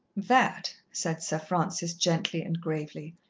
that, said sir francis gently and gravely,